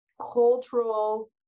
cultural